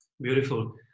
beautiful